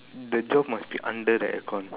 the job must be under the aircon